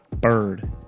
bird